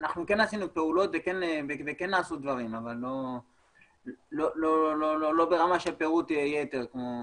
כן עשינו פעולות ודברים אבל לא ברמה שמאפשרת לתת פירוט יתר.